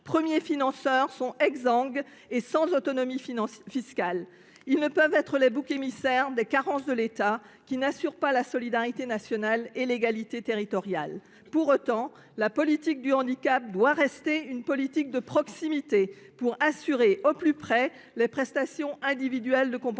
premiers financeurs, sont exsangues et sans autonomie fiscale. Ils ne peuvent être les boucs émissaires des carences de l’État, qui n’assure pas la solidarité nationale ni l’égalité territoriale. Pour autant, la politique du handicap doit rester une politique de proximité, permettant d’ajuster les prestations individuelles de compensation.